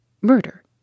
murder